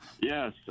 Yes